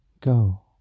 go